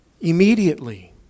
immediately